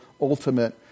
ultimate